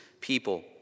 people